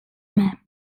map